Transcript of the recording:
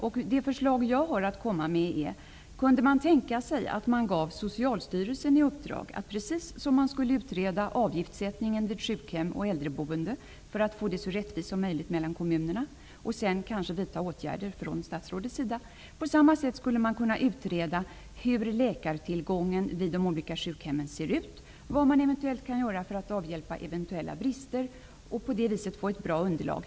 Mitt förslag är att man ger Socialstyrelsen i uppdrag att -- precis som man skulle utreda avgiftssättningen vid sjukhem och i äldreboende för att få den så rättvis som möjligt mellan kommunerna, varefter statsrådet skulle vidta åtgärder -- också utreda läkartillgången vid sjukhemmen och vad man kan göra för att avhjälpa eventuella brister. På detta sätt kan man få ett bra underlag.